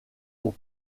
pour